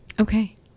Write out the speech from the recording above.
Okay